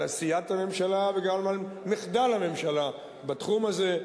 על עשיית הממשלה וגם על מחדל הממשלה בתחום הזה.